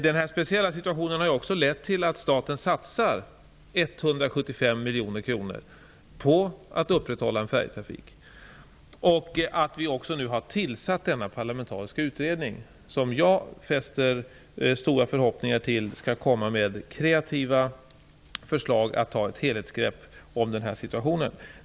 Denna speciella situation har ju också lett till att staten satsar 175 miljoner kronor på att upprätthålla en färjetrafik och till att vi nu har tillsatt denna parlamentariska utredning. Jag hyser stora förhoppningar om att den skall komma med kreativa förslag och ta ett helhetsgrepp på situationen.